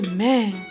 Amen